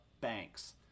Banks